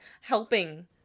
helping